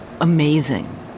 amazing